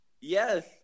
Yes